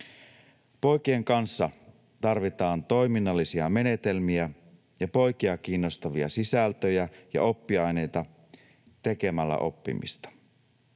Poikien kanssa tarvitaan toiminnallisia menetelmiä ja poikia kiinnostavia sisältöjä ja oppiaineita, tekemällä oppimista.